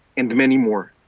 and many more.